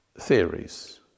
theories